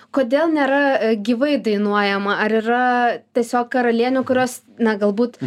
kodėl nėra gyvai dainuojama ar yra tiesiog karalienių kurios na galbūt